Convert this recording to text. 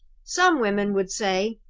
some women would say,